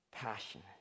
passion